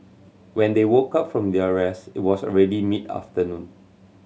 when they woke up from their rest it was already mid afternoon